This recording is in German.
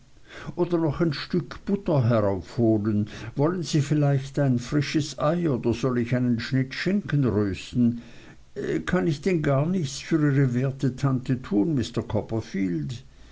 oder noch ein stück butter heraufholen wollen sie vielleicht ein frisches ei oder soll ich einen schnitt schinken rösten kann ich denn gar nichts für ihre werte tante tun mr copperfull